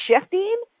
shifting